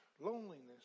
loneliness